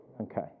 Okay